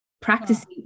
practicing